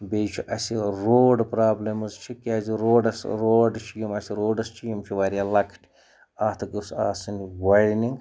بیٚیہِ چھُ اَسہِ روڈ پرٛابلِمٕز چھِ کیٛازِ روڈَس روڈٕز چھِ یِم اَسہِ روڈٕز چھِ یِم چھِ واریاہ لۄکٕٹۍ اَتھ گوٚژھ آسٕنۍ وایڈنِنٛگ